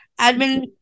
admin